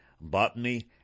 botany